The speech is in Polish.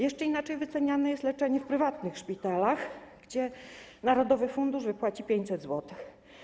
Jeszcze inaczej wyceniane jest leczenie w prywatnych szpitalach, gdzie narodowy fundusz zapłaci 500 zł.